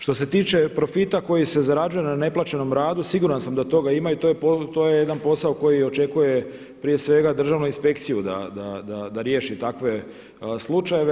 Što se tiče profita koji se zarađuje na neplaćenom radu siguran sam da toga ima i to jedan posao koji očekuje prije svega Državnu inspekciju da riješi takve slučajeve.